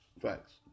Facts